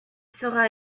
sera